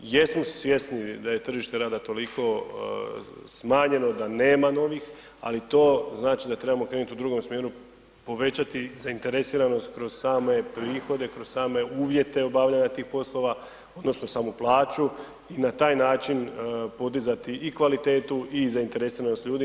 Jesmo svjesni da je tržište rada toliko smanjeno, da nema novih, ali to znači da trebamo krenuti u drugom smjeru, povećati zainteresiranost kroz same prihode, kroz same uvjete obavljanja tih poslova odnosno samu plaću i na taj način podizati i kvalitetu i zainteresiranost ljudi.